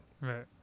Right